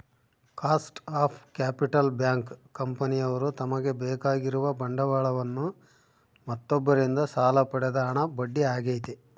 cost of capital bank, ಕಂಪನಿಯವ್ರು ತಮಗೆ ಬೇಕಾಗಿರುವ ಬಂಡವಾಳವನ್ನು ಮತ್ತೊಬ್ಬರಿಂದ ಸಾಲ ಪಡೆದ ಹಣ ಬಡ್ಡಿ ಆಗೈತೆ